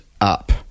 up